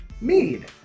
mead